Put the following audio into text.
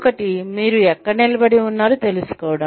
ఒకటి మీరు ఎక్కడ నిలబడి ఉన్నారో తెలుసుకోవడం